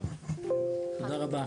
תודה רבה.